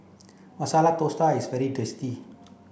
Masala Dosa is very tasty